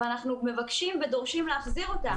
אנחנו מבקשים ודורשים להחזיר אותה.